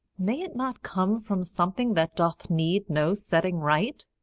may it not come from something that doth need no setting right?